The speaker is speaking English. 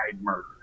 murder